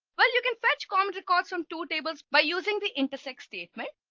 well, you can fetch cam records from two tables by using the intersect statement.